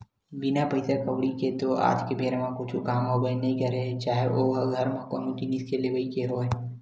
बिन पइसा कउड़ी के तो आज के बेरा म कुछु काम होबे नइ करय चाहे ओ घर म कोनो जिनिस के लेवई के होवय